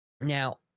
now